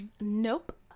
Nope